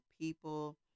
people